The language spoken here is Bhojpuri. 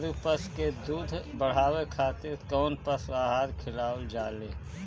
दुग्धारू पशु के दुध बढ़ावे खातिर कौन पशु आहार खिलावल जाले?